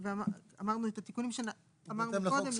אמרנו, את התיקונים, אמרנו קודם.